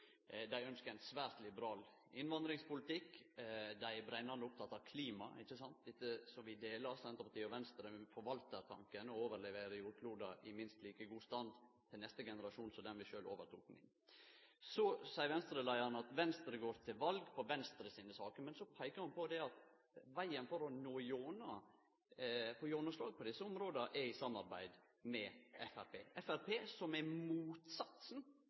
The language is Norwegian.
dei ynskjer ein svært liberal innvandringspolitikk, dei er brennande opptekne av klima – som vi deler, Senterpartiet og Venstre – og forvaltartanken og å overlevere jordkloden til neste generasjon i minst like god stand som det vi sjølve overtok den i. Så seier Venstre-leiaren at Venstre går til val på Venstre sine saker. Men ho peiker på at vegen for å få gjennomslag på desse områda er i samarbeid med Framstegspartiet, Framstegspartiet som er